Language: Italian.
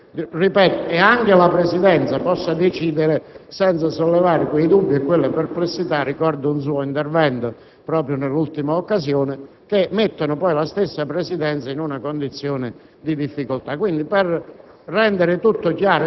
e di opposizione, e anche la Presidenza possa decidere senza sollevare quei dubbi e quelle perplessità - ricordo un suo intervento proprio nell'ultima occasione - che mettono poi la stessa Presidenza in una condizione di difficoltà.